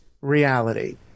reality